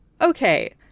Okay